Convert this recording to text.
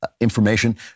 information